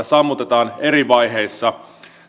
sammutetaan eri vaiheissa